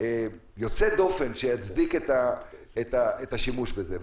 יוצא דופן שיצדיק את השימוש בזה,